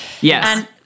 Yes